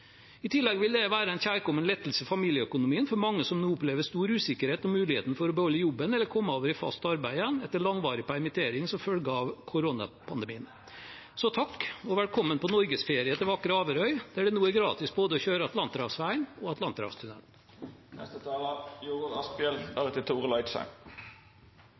I tillegg vil det være en kjærkommen lettelse i familieøkonomien for mange som nå opplever stor usikkerhet om muligheten for å beholde jobben eller komme over i fast arbeid igjen etter langvarig permittering som følge av koronapandemien. Så takk – og velkommen på Norgesferie til vakre Averøy, der det nå er gratis å kjøre både Atlanterhavsveien og